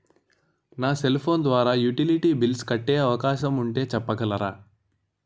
నా cell phone ద్వారా utility bills కట్టే అవకాశం ఉంటే చెప్పగలరా?